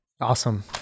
Awesome